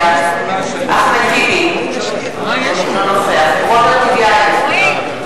בעד אחמד טיבי, אינו נוכח רוברט טיבייב,